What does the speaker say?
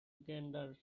gander